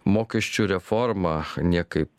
mokesčių reforma niekaip